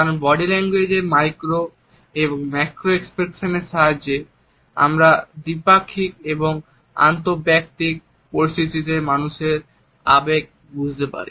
কারণ body language এর micro এবং ম্যাক্রো এক্সপ্রেশনের সাহায্যে আমরা দ্বিপাক্ষিক এবং আন্তঃব্যক্তিক পরিস্থিতিতে মানুষের মনোভাব এবং আবেগ বুঝতে পারি